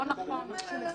הנתון לא נכון.